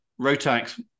Rotax